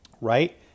Right